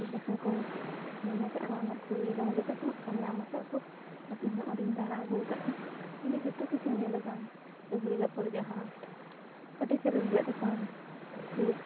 ᱡᱟᱦᱟᱸ ᱠᱚ ᱢᱮᱱ ᱟᱠᱟᱜᱼᱟ ᱚᱱᱟ ᱦᱩᱭ ᱟᱠᱟᱱ ᱜᱮᱛᱟ ᱠᱚᱣᱟ ᱟᱨ ᱧᱟᱢ ᱟᱠᱟᱜ ᱠᱚ ᱟᱨ ᱤᱧᱦᱚᱸ ᱚᱸᱰᱮᱧ ᱫᱟᱬᱟ ᱟᱹᱜᱩ ᱟᱠᱟᱫᱼᱛᱮ ᱚᱸᱰᱮ ᱡᱚᱛᱚ ᱠᱤᱪᱷᱩᱧ ᱧᱮᱞ ᱟᱠᱟᱫᱟ ᱞᱩᱜᱽᱲᱤ ᱞᱟᱯᱚ ᱨᱮᱭᱟᱜ ᱦᱟᱴ ᱵᱟᱹᱴᱤ ᱛᱷᱟᱹᱨᱤ ᱨᱮᱭᱟᱜ ᱫᱚᱠᱟᱱ ᱯᱷᱤᱨ